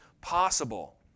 possible